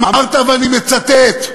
אמרת, ואני מצטט: